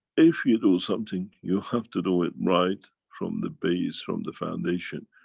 if you do something you have to do it right from the base from the foundation.